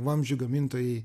vamzdžių gamintojai